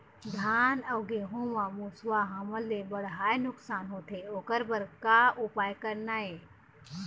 धान अउ गेहूं म मुसवा हमन ले बड़हाए नुकसान होथे ओकर बर का उपाय करना ये?